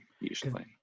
usually